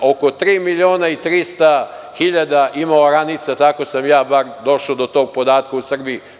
Oko tri miliona i 300 hiljada ima oranica, tako sam bar ja došao do tog podatka u Srbiji.